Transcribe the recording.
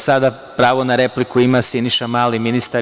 Sada pravo na repliku ima Siniša Mali, ministar.